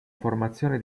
formazione